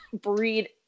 breed